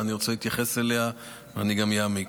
ואני רוצה להתייחס אליה ואני גם אעמיק.